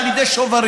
על ידי שוברים.